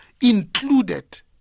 included